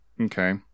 Okay